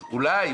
אז אולי,